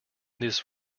this